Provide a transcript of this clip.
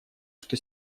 что